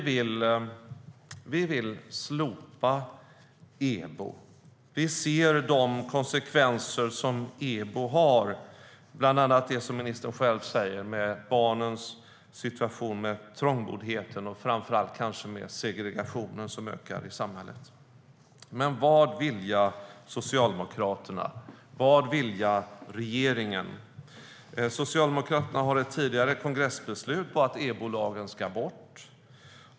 Vi vill slopa EBO. Vi ser de konsekvenser som EBO har, bland annat det som ministern själv säger om barnens situation med trångboddhet och framför allt kanske med segregationen som ökar i samhället. Vad vilja Socialdemokraterna? Vad vill regeringen? Socialdemokraterna har ett tidigare kongressbeslut på att EBO-lagen ska bort.